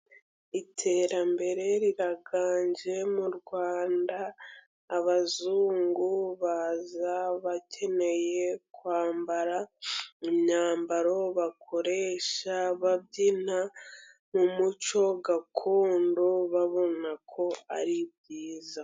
Iterambere riraganje mu Rwanda. Abazungu baza bakeneye kwambara imyambaro bakoresha babyina, mu muco gakondo babona ko ari byiza.